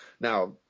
now